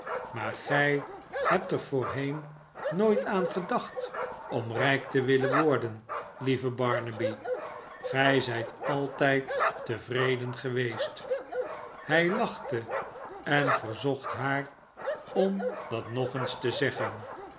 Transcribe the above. maar gij hebt er voorheen nooit aan gedacht om rijk te willen worden lieve barnaby gij zijt altijd tevreden geweest hij lachte en verzocht haar om dat nog eens te zeggen